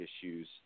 issues